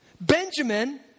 Benjamin